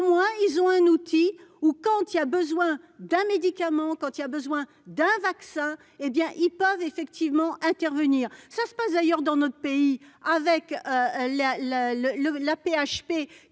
au moins ils ont un outil ou quand il a besoin d'un médicament, quand il a besoin d'un vaccin, hé bien ils peuvent effectivement intervenir, ça se passe d'ailleurs dans notre pays avec la le